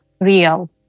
real